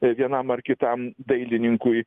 vienam ar kitam dailininkui